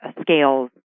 scales